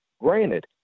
Granted